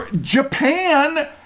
Japan